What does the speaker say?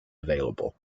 available